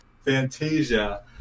Fantasia